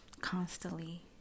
Constantly